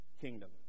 kingdom